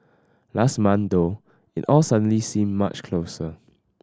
last month though it all suddenly seemed much closer